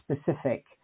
specific